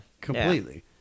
Completely